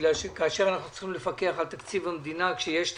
מכיוון שכאשר אנחנו צריכים לפקח על תקציב המדינה כשיש תקציב,